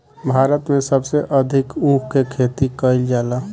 भारत में सबसे अधिका ऊख के खेती कईल जाला